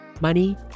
money